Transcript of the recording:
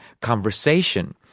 conversation